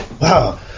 Wow